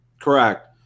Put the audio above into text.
Correct